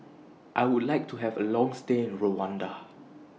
I Would like to Have A Long stay in Rwanda